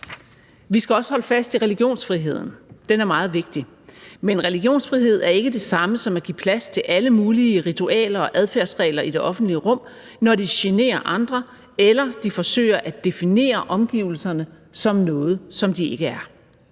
Vi skal også holde fast i religionsfriheden. Den er meget vigtig. Men religionsfrihed er ikke det samme som at give plads til alle mulige ritualer og adfærdsregler i det offentlige rum, når de generer andre, eller når de forsøger at definere omgivelserne som noget, som de ikke er.